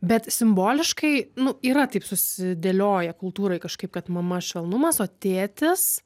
bet simboliškai nu yra taip susidėlioja kultūroj kažkaip kad mama švelnumas o tėtis